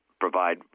provide